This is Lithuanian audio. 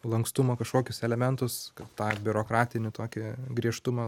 lankstumo kažkokius elementus tą biurokratinį tokį griežtumą